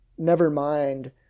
nevermind